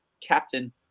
captain